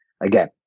Again